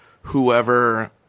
whoever –